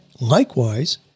likewise